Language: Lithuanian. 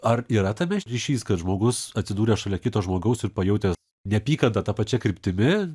ar yra tame ryšys kad žmogus atsidūręs šalia kito žmogaus ir pajutęs neapykantą ta pačia kryptimi